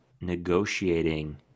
negotiating